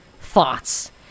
thoughts